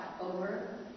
over